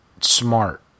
smart